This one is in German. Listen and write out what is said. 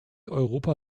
europa